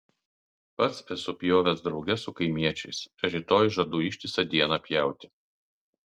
pats esu pjovęs drauge su kaimiečiais rytoj žadu ištisą dieną pjauti